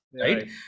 right